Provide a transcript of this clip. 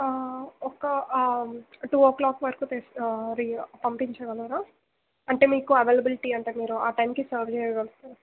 ఒక two o'clock వరకు తెస్తా మరి పంపించగలరా అంటే మీకు అవైలబులిటీ అంటే మీరు టైంకి సర్వ్ చేయగలుగుతారా